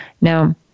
Now